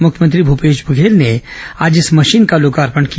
मुख्यमंत्री मुपेश बघेल ने आज इस मशीन का लोकार्पण किया